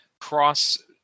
cross